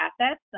assets